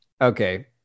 Okay